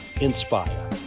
inspire